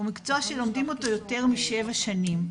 הוא מקצוע שלומדים אותו יותר משבע שנים,